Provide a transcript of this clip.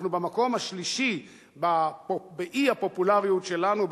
אנחנו במקום השלישי באי-הפופולריות שלנו,